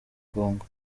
kongo